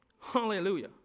Hallelujah